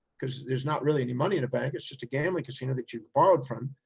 cause there's not really any money in a bank. it's just a gambling casino that you've borrowed from.